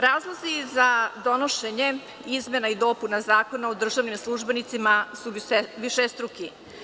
Razlozi za donošenje izmena i dopuna Zakona o državnim službenicima su višestruki.